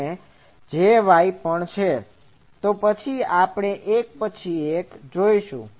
તોએક પછી એક પછી એક આપણે તેને જોઈશું